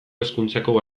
hezkuntzako